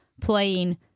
playing